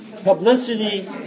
Publicity